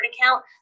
account